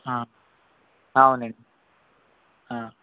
ఆ అవునండి ఆ